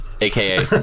AKA